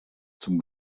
zum